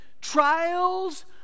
trials